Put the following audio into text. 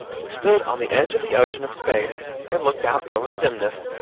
we stood on the edge of the ocean of space, and looked out over the dimness,